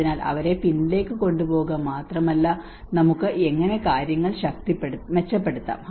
അതിനാൽ അവരെ പിന്നിലേക്ക് കൊണ്ടുപോകുക മാത്രമല്ല നമുക്ക് എങ്ങനെ കാര്യങ്ങൾ മെച്ചപ്പെടുത്താം